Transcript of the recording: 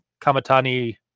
kamatani